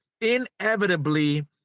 inevitably